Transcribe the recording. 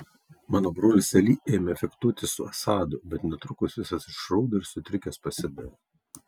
mano brolis ali ėmė fechtuotis su asadu bet netrukus visas išraudo ir sutrikęs pasidavė